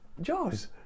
Jaws